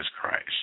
Christ